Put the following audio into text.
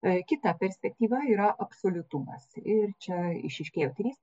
kita perspektyvą yra absoliutumas ir čia išryškėja trys